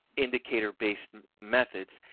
indicator based methods,